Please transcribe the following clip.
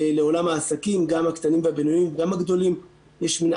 לעולם העסקים, גם הקטנים והבינוניים וגם הגדולים.